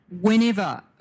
whenever